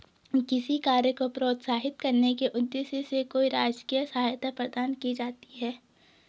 किसी कार्य को प्रोत्साहित करने के उद्देश्य से कोई राजकीय सहायता प्रदान की जाती है